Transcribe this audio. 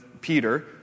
Peter